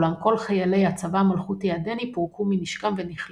אולם כל חיילי הצבא המלכותי הדני פורקו מנשקם ונכלאו.